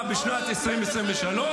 -- ל-244 בשנת 2023,